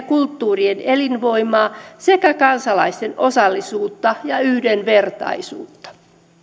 kulttuurien elinvoimaa sekä kansalaisten osallisuutta ja yhdenvertaisuutta